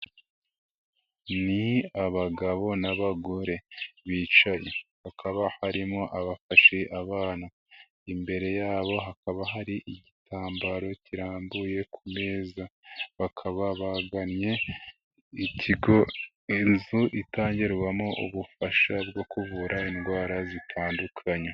Ni abagabo n'abagore bicaye, hakaba harimo abafashe abana, imbere yabo hakaba hari igitambaro kirambuye ku meza, bakaba bagannye ikigo, inzu itangirwamo ubufasha bwo kuvura indwara zitandukanye.